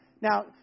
Now